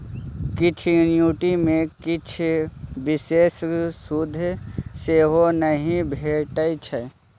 किछ एन्युटी मे किछ बिषेश सुद सेहो नहि भेटै छै